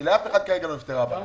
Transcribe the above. כי לאף אחד כרגע לא נפתרה הבעיה.